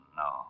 no